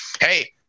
hey